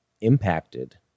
impacted